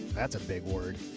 that's a big word.